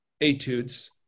etudes